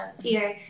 fear